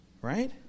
Right